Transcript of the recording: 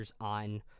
on